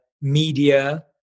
media